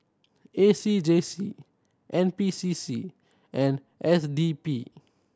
A C J C N P C C and S D P